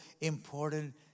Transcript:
important